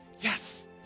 Yes